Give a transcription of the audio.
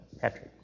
Patrick